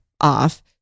off